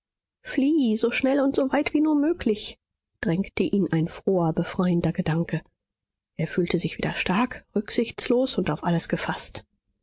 so schnell und so weit wie nur möglich drängte ihn ein froher befreiender gedanke er fühlte sich wieder stark rücksichtslos und auf alles gefaßt